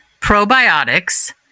probiotics